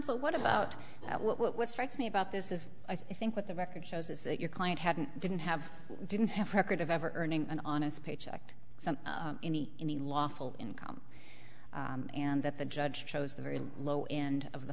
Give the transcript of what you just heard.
so what about that what strikes me about this is i think what the record shows is that your client hadn't didn't have didn't have a record of ever earning an honest paycheck to any lawful income and that the judge chose the very low end of the